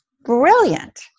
brilliant